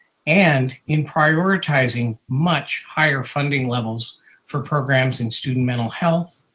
and in prioritizing much higher funding levels for programs in student mental health,